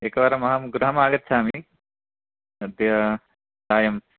एकवारम् अहं गृहम् आगच्छामि अद्य सायम्